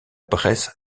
bresse